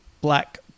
black